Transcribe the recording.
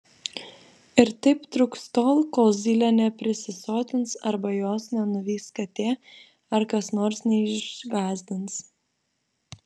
ir taip truks tol kol zylė neprisisotins arba jos nenuvys katė ar kas nors neišgąsdins